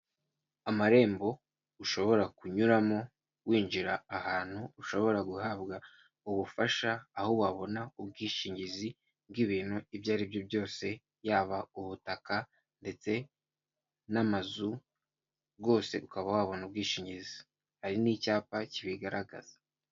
Amarembo ushobora kunyuramo winjira ahantu ushobora guhabwa ubufasha, aho wabona ubwishingizi bw'ibintu ibyo aribyo byose, yaba ubutaka ndetse n'amazu, bwose ukaba wabona ubwishingizi, hari n'icyapa kibigaragaza.